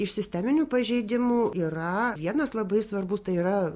iš sisteminių pažeidimų yra vienas labai svarbus tai yra